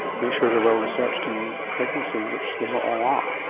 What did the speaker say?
make sure they are well researched in pregnancy, which they not all are.